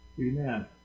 Amen